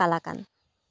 কালাকান